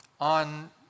on